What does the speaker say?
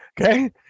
Okay